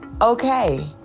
okay